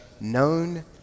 known